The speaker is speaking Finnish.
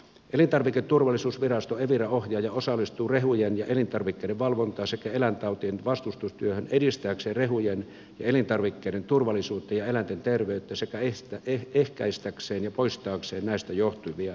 elintarviketurvallisuusvirasto evira ohjaa ja osallistuu rehujen ja elintarvikkeiden valvontaan sekä eläintautien vastustustyöhön edistääkseen rehujen ja elintarvikkeiden turvallisuutta ja eläinten terveyttä sekä ehkäistäkseen ja poistaakseen näistä johtuvia terveyshaittoja